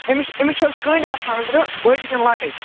أمِس أمِس چھِ حظ کٔنٛڈۍ آسان أنٛدرٕ بٔڈی کِنہٕ لۄکٕٹۍ